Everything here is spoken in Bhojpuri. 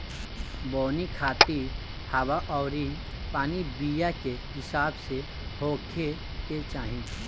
बोवनी खातिर हवा अउरी पानी बीया के हिसाब से होखे के चाही